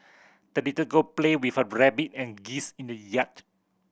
the little girl played with her rabbit and geese in the yard